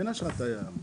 אין אשרת תייר.